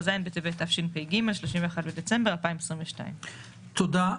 "ז' בטבת התשפ"ג (31 בדצמבר 2022)". תודה.